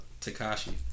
Takashi